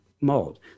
mold